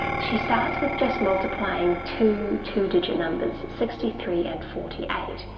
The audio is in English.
she starts with just multiplying two two digit numbers, sixty three and forty eight.